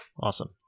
Awesome